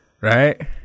Right